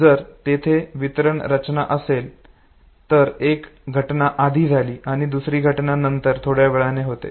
जर तेथे वितरण रचना असेल तर एक घटना आधी झाली आणि दुसरी घटना नंतर थोड्या वेळाने होते